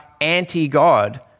anti-God